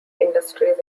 industries